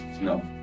No